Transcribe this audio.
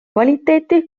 kvaliteeti